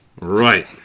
Right